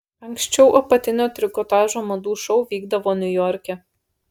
anksčiau apatinio trikotažo madų šou vykdavo niujorke